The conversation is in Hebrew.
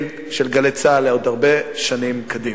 של "גלי צה"ל" עוד הרבה שנים קדימה.